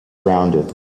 rounded